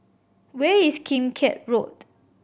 where is Kim Keat Road